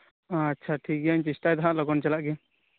ᱟᱪᱪᱷᱟ ᱴᱷᱤᱠ ᱜᱮᱭᱟ ᱤᱧ ᱪᱮᱥᱴᱟᱭ ᱫᱟ ᱦᱟᱜ ᱞᱚᱜᱚᱱ ᱪᱟᱞᱟᱜ ᱜᱮ